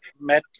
met